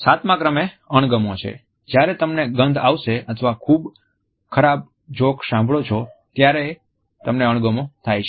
સાતમા ક્રમે અણગમો છે જ્યારે તમને ગંધ આવશે અથવા ખુબ ખરાબ જોક સાંભળો છો ત્યારે તમને અણગમો થાય છે